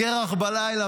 חֹרב וקרח בלילה".